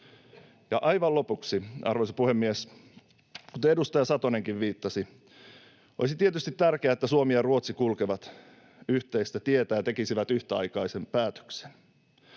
Ja aivan lopuksi, arvoisa puhemies! Kuten edustaja Satonenkin viittasi, olisi tietysti tärkeää, että Suomi ja Ruotsi kulkevat yhteistä tietä ja tekisivät yhtäaikaisen päätöksen,